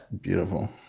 beautiful